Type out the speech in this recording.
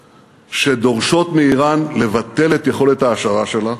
שדורשות מאיראן לבטל את יכולת ההעשרה שלה